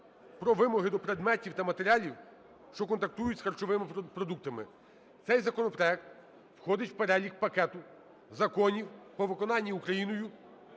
про вимоги до предметів та матеріалів, що контактують з харчовими продуктами. Цей законопроект входить в перелік пакету законів по виконанні Україною